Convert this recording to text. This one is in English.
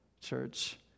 church